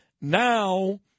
now